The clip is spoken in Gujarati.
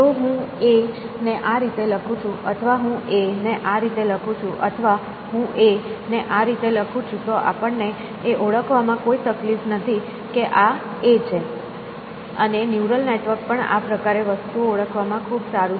જો હું "A" ને આ રીતે લખું છું અથવા હું "A" ને આ રીતે લખું છું અથવા હું "A" ને આ રીતે લખું છું તો આપણને એ ઓળખવામાં કોઈ તકલીફ નથી કે આ "A" છે અને ન્યુરલ નેટવર્ક પણ આ પ્રકારે વસ્તુઓ ઓળખવામાં ખૂબ સારું છે